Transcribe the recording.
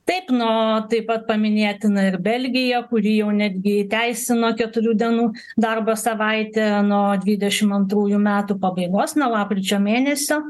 taip na o taip pat paminėtina ir belgija kuri jau netgi įteisino keturių dienų darbo savaitę nuo dvidešim antrųjų metų pabaigos nuo lapkričio mėnesio